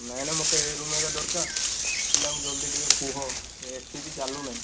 ନାହିଁ ନାହିଁ ମୋତେ ଏବେ ରୁମ୍ ଏବେ ଦରକାର ପିଲାଙ୍କୁ ଜଲ୍ଦି ଟିକେ କୁହ ଏସି ବି ଚାଲୁନାହିଁ